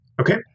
Okay